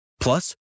plus